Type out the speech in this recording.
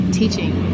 teaching